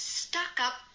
stuck-up